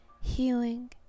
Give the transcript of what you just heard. healing